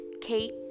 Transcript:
Kate